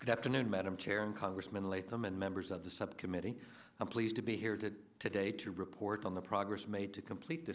that afternoon madam chair and congressman late members of the subcommittee i'm pleased to be here did today to report on the progress made to complete the